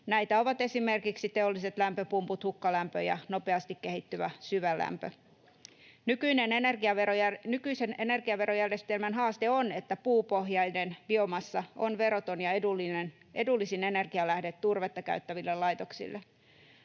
Näitä ovat esimerkiksi teolliset lämpöpumput, hukkalämpö ja nopeasti kehittyvä syvälämpö. Nykyisen energiaverojärjestelmän haaste on, että puupohjainen biomassa on veroton ja edullisin energialähde turvetta käyttäville laitoksille.